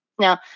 Now